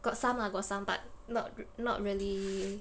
got some ah got some but not not really